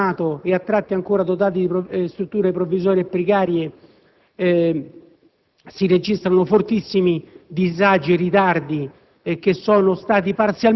a tutt'oggi a senso alternato e a tratti ancora dotata di strutture provvisorie e precarie, si registrano fortissimi disagi e ritardi